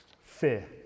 fear